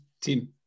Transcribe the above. team